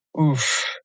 Oof